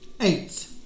Eight